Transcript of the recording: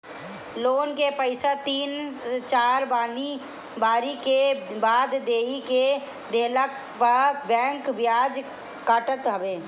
loan के पईसा तीन चार बारी के बाद देरी से देहला पअ बैंक बियाज काटत हवे